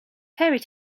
fairy